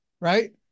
right